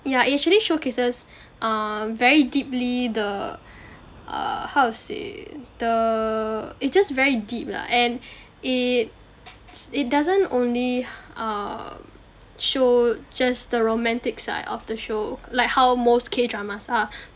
yeah it actually showcases err very deeply the err how to say the it's just very deep lah and it it doesn't only err show just the romantic side of the show like how most K dramas are